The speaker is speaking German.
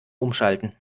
umschalten